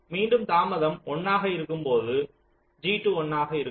மீண்டும் தாமதம் 1 ஆக இருக்கும் போது G2 1 ஆக இருக்கும்